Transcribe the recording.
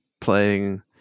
playing